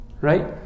right